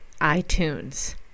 iTunes